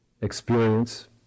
experience